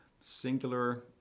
singular